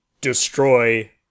destroy